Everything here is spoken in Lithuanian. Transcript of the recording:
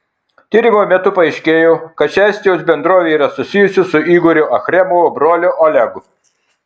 tyrimo metu paaiškėjo kad ši estijos bendrovė yra susijusi su igorio achremovo broliu olegu